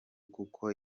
kuko